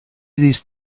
these